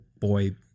boy